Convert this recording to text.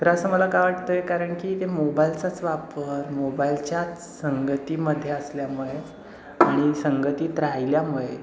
तर असं मला का वाटत आहे कारण की ते मोबाईलचाच वापर मोबाईलच्याच संगतीमध्ये असल्यामुळे आणि संगतीत राहिल्यामुळे